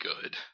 good